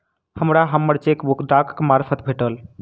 हमरा हम्मर चेकबुक डाकक मार्फत भेटल